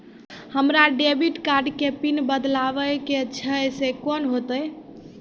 हमरा debit card के PIN बदलबावै के छैं से कौन होतै?